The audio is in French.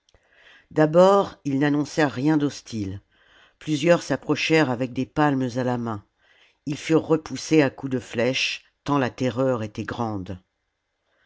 d'abord ils n'annoncèrent rien d'hostile plusieurs s'approchèrent avec des palmes à la main ils furent repoussés à coups de flèches tant la terreur était grande